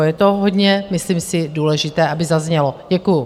Je to hodně myslím si důležité, aby zaznělo, děkuju.